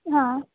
हां